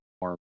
more